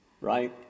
right